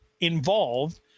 involved